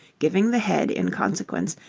giving the head in consequence,